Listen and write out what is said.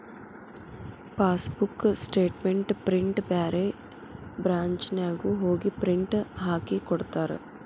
passbook statement ಪ್ರಿಂಟ್ನ ಬ್ಯಾರೆ ಬ್ರಾಂಚ್ನ್ಯಾಗು ಹೋಗಿ ಪ್ರಿಂಟ್ ಹಾಕಿಕೊಡ್ತಾರ